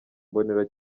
mbonera